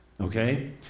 okay